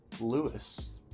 Lewis